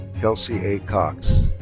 kelsie a. cox.